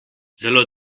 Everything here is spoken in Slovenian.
zelo